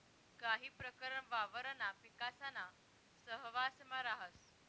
काही प्रकरण वावरणा पिकासाना सहवांसमा राहस